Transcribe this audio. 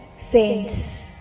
saints